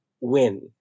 win